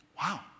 Wow